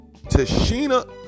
Tashina